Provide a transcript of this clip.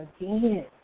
again